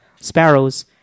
sparrows